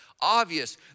Obvious